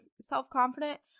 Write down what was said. self-confident